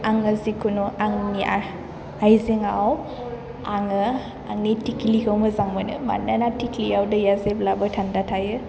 आङो जेखुनु आंनि आयजेङाव आङो आंनि थेख्लिखौ मोजां मोनो मानोना थेख्लियाव दैया जेब्लाबो थान्दा थायो